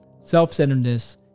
self-centeredness